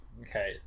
Okay